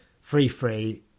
Free-free